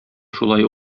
шулай